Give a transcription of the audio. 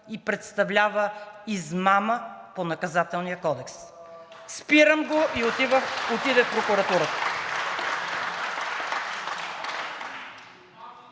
и представлява измама по Наказателния кодекс. Спирам го и отива в прокуратурата.